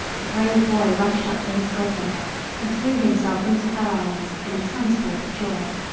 the brave boy rushed up to his godmother and threw himself into her arms in a transport of joy.